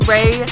Ray